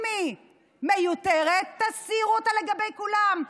אם היא מיותרת, תסירו אותה לגבי כולם.